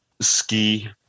Ski